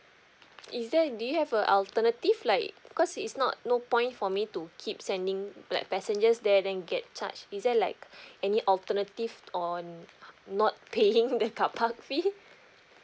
is there do you have a alternative like because it's not no point for me to keep sending like passengers there then get charged is there like any alternative on not paying the carpark fee